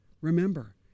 remember